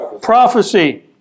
prophecy